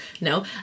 No